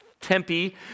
Tempe